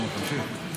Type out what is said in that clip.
נו, תמשיך.